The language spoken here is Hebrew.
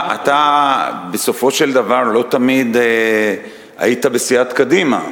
אתה בסופו של דבר לא תמיד היית בסיעת קדימה.